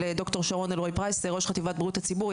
ד"ר שרון אלרעי פרייס ראש חטיבת בריאות הציבור,